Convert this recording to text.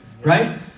right